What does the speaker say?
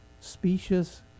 species